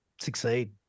succeed